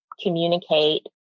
communicate